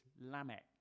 Lamech